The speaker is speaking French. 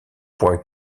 point